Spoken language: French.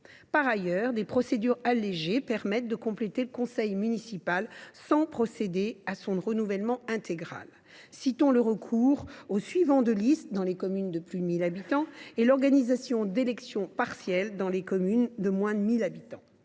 Par ailleurs, des procédures allégées permettent de compléter le conseil municipal sans procéder à son renouvellement intégral. Citons le recours aux suivants de liste dans les communes de plus de 1 000 habitants et l’organisation d’élections partielles complémentaires dans les communes de moins de 1 000 habitants.